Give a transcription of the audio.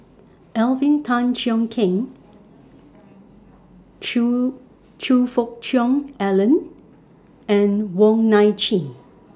Alvin Tan Cheong Kheng Choe Choe Fook Cheong Alan and Wong Nai Chin